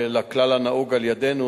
לכלל הנהוג על-ידינו,